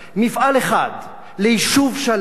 מפעל אחד ליישוב שלם,